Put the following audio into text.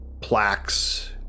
plaques